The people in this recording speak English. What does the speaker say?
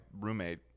roommate